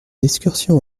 excursion